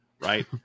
Right